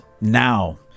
now